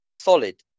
solid